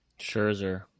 Scherzer